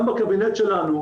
גם בקבינט שלנו,